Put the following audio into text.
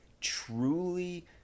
truly